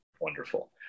wonderful